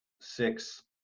six